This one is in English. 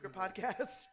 podcast